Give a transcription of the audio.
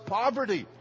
poverty